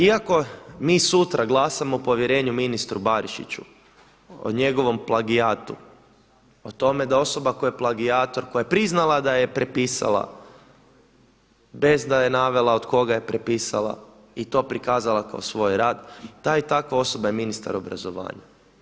Iako mi sutra glasamo o povjerenju ministru Barišiću, o njegovom plagijatu, o tome da osoba koja je plagijator koja je priznala da je prepisala bez da je navele od koga je prepisala i to prikazala kao svoj rad, taj i takva osoba je ministar obrazovanja.